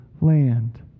land